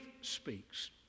speaks